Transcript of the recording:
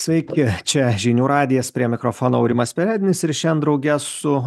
sveiki čia žinių radijas prie mikrofono aurimas perednis ir šian drauge su